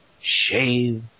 shave